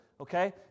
okay